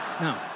No